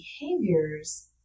behaviors